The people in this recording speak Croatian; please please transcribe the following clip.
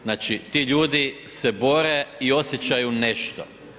Znači ti ljudi se bore i osjećaju nešto.